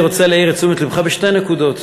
אני רוצה להעיר את תשומת לבך לשתי נקודות.